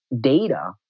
data